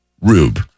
Rube